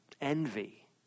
envy